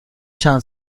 چند